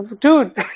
dude